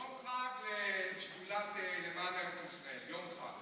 יום חג לשדולה למען ארץ ישראל.